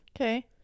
Okay